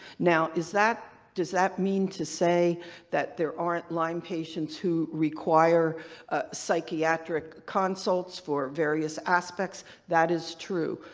now is that. does that mean to say that there aren't lyme patients who require psychiatric consults for various aspects? that is true,